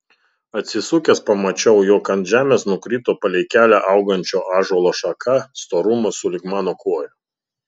atsisukęs pamačiau jog ant žemės nukrito palei kelią augančio ąžuolo šaka storumo sulig mano koja